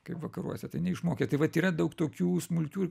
kaip vakaruose tai neišmokė tai vat yra daug tokių smulkių ir